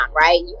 right